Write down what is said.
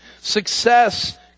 success